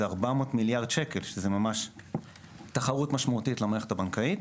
מדובר ב-400 מיליארדי שקלים וזו תחרות של ממש עם המערכת הבנקאית.